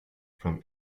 from